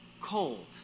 cold